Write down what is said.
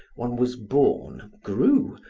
one was born, grew,